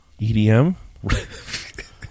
EDM